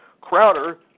Crowder